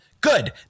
Good